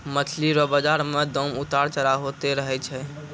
मछली रो बाजार मे दाम उतार चढ़ाव होते रहै छै